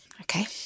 Okay